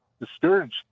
discouraged